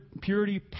purity